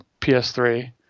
PS3